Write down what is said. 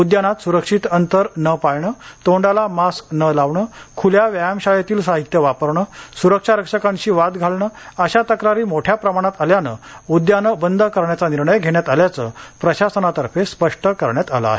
उद्यानात सुरक्षित अंतर न पाळणे तोंडाला मास्क न लावणे खुल्या व्यायाम शाळेतील साहित्य वापरणे सुरक्षारक्षकांशी वाद घालणे अशा तक्रारी मोठ्या प्रमाणात आल्याने उद्याने बंद करण्याचा निर्णय घेण्यात आल्याचे प्रशासनातर्फे स्पष्ट करण्यात आले आहे